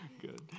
Good